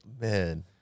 Man